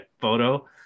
photo